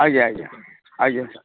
ଆଜ୍ଞା ଆଜ୍ଞା ଆଜ୍ଞା ସାର୍